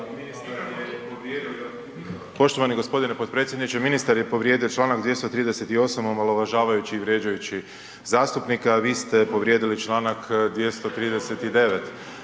ministar je povrijedio čl. 238. omalovažavajući i vrijeđajući zastupnika, a vi ste povrijedili čl. 239.